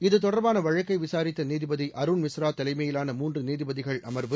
இதுதொடர்பான வழக்கை விசாரித்த நீதிபதி அருண்மிஸ்ரா தலைமையிலான மூன்று நீதிபதிகள் அமர்வு